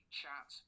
chat